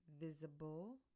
Visible